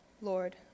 Lord